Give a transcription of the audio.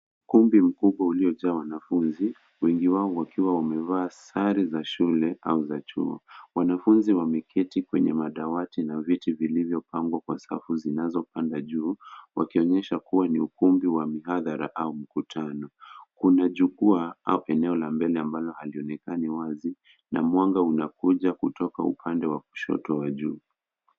Ukumbi mkubwa uliojaa wanafunzi, wengi wao wakiwa wamevaa sare za shule au za chuo. Wanafunzi wameketi kwenye madawati na viti vilivyo pangwa kwa safu zinazo panda juu, wakionyesha kuwa ni ukumbi wa mihadhara au mkutano. Kuna jukwaa au eneo la mbele ambalo halionekani wazi, na mwanga unakuja kutoka upande wa kushoto wa juu.